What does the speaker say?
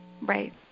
Right